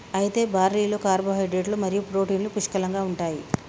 అయితే బార్లీలో కార్పోహైడ్రేట్లు మరియు ప్రోటీన్లు పుష్కలంగా ఉంటాయి